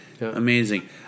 Amazing